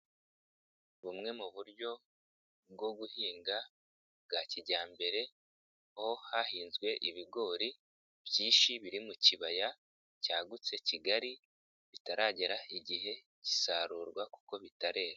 Bumwe mu buryo bwo guhinga bwa kijyambere, ho hahinzwe ibigori, byinshi biri mu kibaya, cyagutse kigari, bitaragera igihe cy'isarurwa kuko bitarera.